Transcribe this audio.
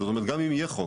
זאת אומרת, גם אם יהיה חוק,